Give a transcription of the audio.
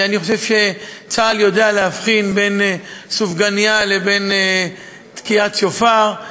אני חושב שצה"ל יודע להבחין בין סופגנייה לבין תקיעת שופר,